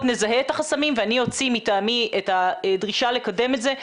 נזהה את החסמים ואני אוציא מטעמי את הדרישה לקדם את זה.